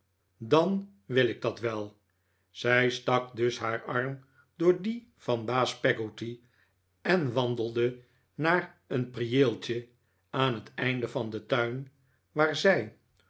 dan wil ik dat wel zij stak dus haar arm door dien van baas peggotty en wandelde naar een prieeltje aan het einde van den tuin waar zij